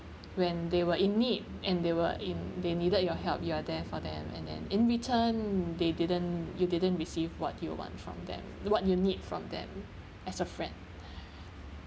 when they were in need and they were in they needed your help you are there for them and then in return they didn't you didn't receive what you want from them what you need from them as a friend